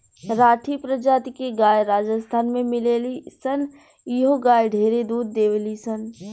राठी प्रजाति के गाय राजस्थान में मिलेली सन इहो गाय ढेरे दूध देवेली सन